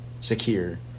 secure